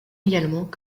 également